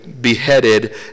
beheaded